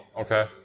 okay